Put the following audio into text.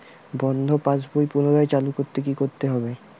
বন্ধ পাশ বই পুনরায় চালু করতে কি করতে হবে?